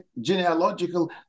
genealogical